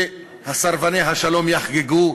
וסרבני השלום יחגגו,